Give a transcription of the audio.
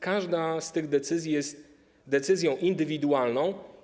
Każda z tych decyzji jest decyzją indywidualną.